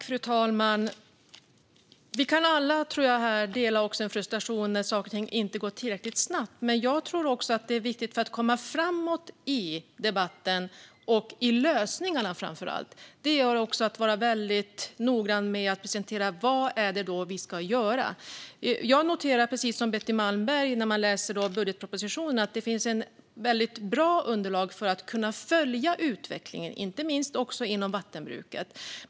Fru talman! Jag tror att alla här i kammaren kan känna frustration över att saker och ting inte går tillräckligt snabbt. Men för att komma framåt i debatten och framför allt med lösningarna tror jag att vi måste vara väldigt noggranna med presentationen av vad som ska göras. När jag läser budgetpropositionen noterar jag, precis som Betty Malmberg, att det finns ett bra underlag för att kunna följa utvecklingen, inte minst inom vattenbruket.